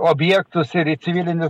objektus ir į civilinius